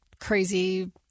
crazy